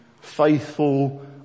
faithful